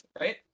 right